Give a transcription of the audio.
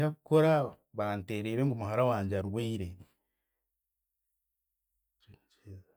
Tinaakora banteerire ngu muhara wangye arwire.